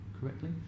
correctly